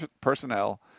personnel